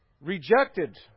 rejected